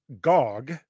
gog